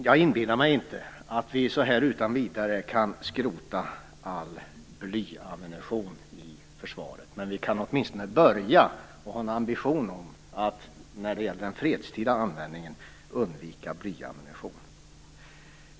Jag inbilllar mig inte att vi utan vidare kan skrota all blyad ammunition inom försvaret, men vi kan åtminstone börja med att ha ambitionen att när det gäller den fredstida användningen av ammunition undvika blyad ammunition.